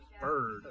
bird